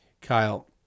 Kyle